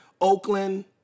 Oakland